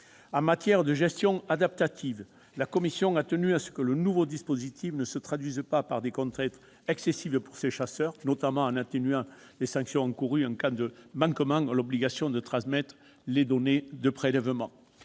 En matière de gestion adaptative, la commission a tenu à ce que le nouveau dispositif ne se traduise pas par des contraintes excessives pour les chasseurs, notamment en atténuant les sanctions encourues en cas de manquement à l'obligation de transmettre les données de prélèvement.